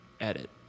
edit